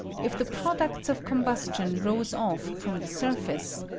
if the products of combustion rose off from the sur face,